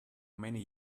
many